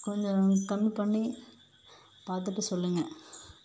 கொஞ்சம் கம்மி பண்ணி பார்த்துட்டு சொல்லுங்கள்